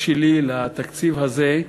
שלי לתקציב הזה.